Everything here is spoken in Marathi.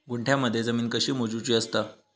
गुंठयामध्ये जमीन कशी मोजूची असता?